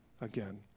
again